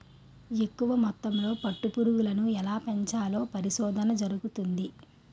ఎక్కువ మొత్తంలో పట్టు పురుగులను ఎలా పెంచాలో పరిశోధన జరుగుతంది